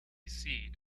seat